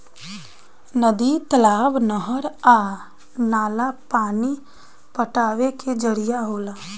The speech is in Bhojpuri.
नदी, तालाब, नहर आ नाला पानी पटावे के जरिया होला